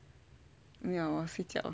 没有我睡觉